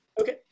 Okay